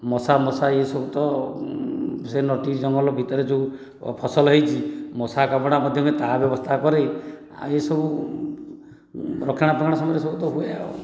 ମଶା ମଶା ଏସବୁ ତ ସେ ନଟି ଜଙ୍ଗଲ ଭିତରେ ଯେଉଁ ଫସଲ ହୋଇଛି ମଶା କପଡ଼ା ମଧ୍ୟକେ ତା ବ୍ୟବସ୍ତା କରେଆ ଏସବୁ ରକ୍ଷଣା ପକ୍ଷଣା ସମସ୍ତେ ସବୁତ ହୁଏ ଆଉ